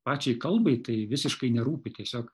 pačiai kalbai tai visiškai nerūpi tiesiog